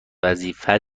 وظیفه